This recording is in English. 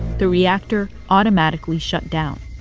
the reactor automatically shut down,